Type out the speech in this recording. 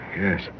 Yes